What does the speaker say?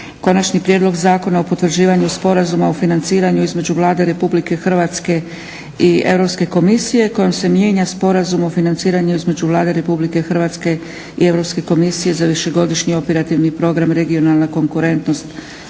Konačni prijedlog zakona o potvrđivanju Sporazuma o financiranju između Vlade Republike Hrvatske i Europske komisije kojim se mijenja Sporazum o financiranju između Vlade Republike Hrvatske i Europske komisije za višegodišnji operativni program "Regionalna konkurentnost"